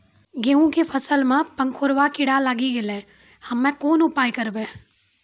गेहूँ के फसल मे पंखोरवा कीड़ा लागी गैलै हम्मे कोन उपाय करबै?